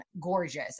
gorgeous